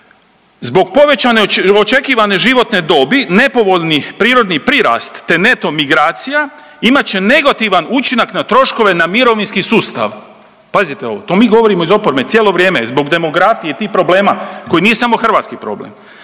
zbog povećane očekivane životne dobi, nepovoljni prirodni prirast, te neto migracija imat će negativan učinak na troškove na mirovinski sustav. Pazite ovo, to mi govorimo iz oporbe cijelo vrijeme, zbog demografije i tih problema koji nije samo hrvatski problem.